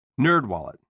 NerdWallet